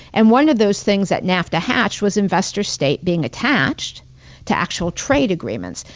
and one of those things that nafta hatch was investor-state being attached to actual trade agreements.